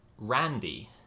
Randy